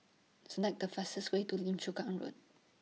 Select The fastest Way to Lim Chu Kang Road